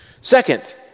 Second